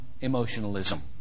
emotionalism